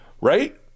right